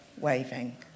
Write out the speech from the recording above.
waving